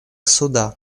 суда